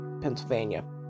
Pennsylvania